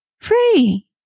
free